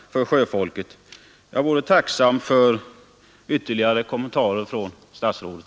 Jag vore tacksam för ytterligare kommentarer från statsrådet.